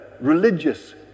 religious